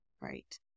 Right